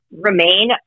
Remain